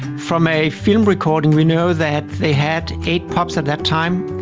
from a film recording we know that they had eight pups at that time.